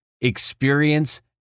Experience